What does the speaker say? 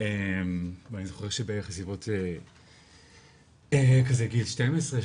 שלי ואני זוכר שבערך בסביבות כזה גיל 12,